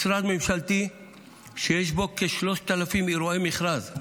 משרד ממשלתי שיש בו כ-3,000 אירועי מכרז,